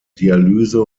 dialyse